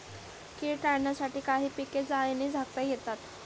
कीड टाळण्यासाठी काही पिके जाळीने झाकता येतात